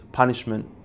punishment